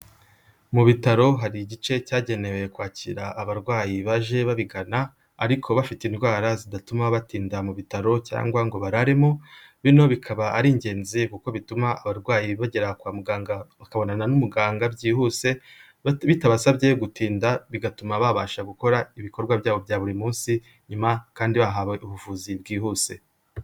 Mu bitaro hari igice cyagenewe kwakira abarwayi baje babigana ariko bafite indwara zidatuma batinda mu bitaro cyangwa ngo bararemo, bino bikaba ari ingenzi kuko bituma abarwayi bagera kwa muganga bakabonana n'umuganga byihuse, bitabasabye gutinda bigatuma babasha gukora ibikorwa byabo bya buri munsi nyuma kandi bahawe ubuvuzi bwihuse.